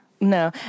no